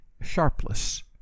Sharpless